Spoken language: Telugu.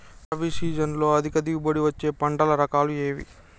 రబీ సీజన్లో అధిక దిగుబడి వచ్చే పంటల రకాలు ఏవి?